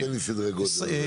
תן לי סדרי גודל.